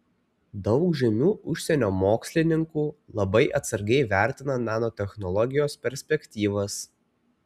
daug žymių užsienio mokslininkų labai atsargiai vertina nanotechnologijos perspektyvas